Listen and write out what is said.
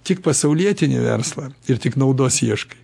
tik pasaulietinį verslą ir tik naudos ieškai